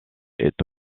est